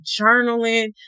journaling